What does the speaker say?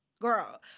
girl